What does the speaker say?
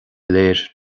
léir